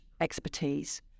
expertise